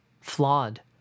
flawed